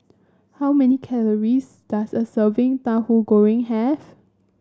how many calories does a serving Tahu Goreng have